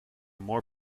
more